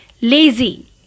lazy